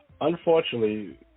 unfortunately